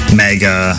mega